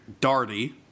Darty